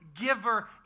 giver